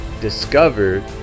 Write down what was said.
discovered